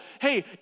hey